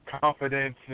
confidence